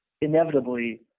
inevitably